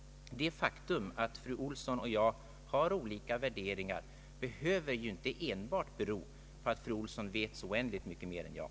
Det faktum att fru Olsson och jag har olika värderingar i abortfrågan behöver inte enbart bero på att fru Olsson vet så oändligt mycket mer än jag!